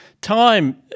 time